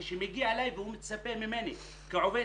כשהוא מגיע אליי והוא מצפה ממני כעובד